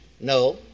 No